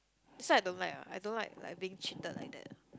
that's why I don't like ah I don't like like being cheated like that ah